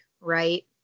right